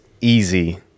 easy